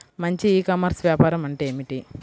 మంచి e commerce వ్యాపారం ఏమిటీ?